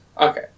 okay